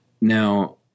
Now